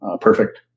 perfect